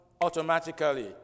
automatically